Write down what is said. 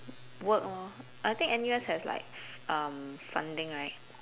work lor I think N_U_S has like f~ um funding right